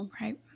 Right